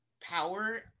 power